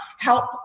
Help